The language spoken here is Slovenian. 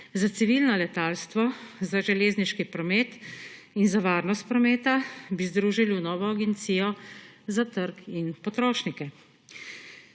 za civilno letalstvo, za železniški promet in za varnost prometa – bi združili v novo Agencijo za trg in potrošnike.